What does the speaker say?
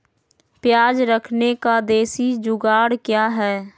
प्याज रखने का देसी जुगाड़ क्या है?